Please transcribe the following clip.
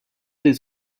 les